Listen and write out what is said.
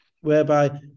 Whereby